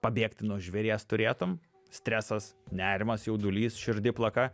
pabėgti nuo žvėries turėtum stresas nerimas jaudulys širdiplaka